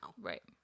Right